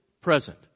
present